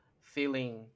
feeling